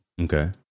okay